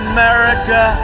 America